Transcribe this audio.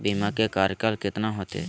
बीमा के कार्यकाल कितना होते?